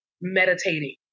meditating